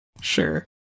Sure